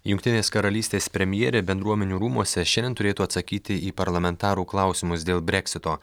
jungtinės karalystės premjerė bendruomenių rūmuose šiandien turėtų atsakyti į parlamentarų klausimus dėl breksito